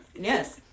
Yes